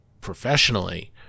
professionally